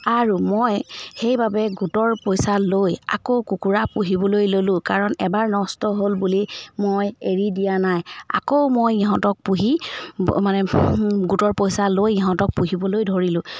আৰু মই সেইবাবে গোটৰ পইচা লৈ আকৌ কুকুৰা পুহিবলৈ ল'লোঁ কাৰণ এবাৰ নষ্ট হ'ল বুলি মই এৰি দিয়া নাই আকৌ মই ইহঁতক পুহি মানে গোটৰ পইচা লৈ ইহঁতক পুহিবলৈ ধৰিলোঁ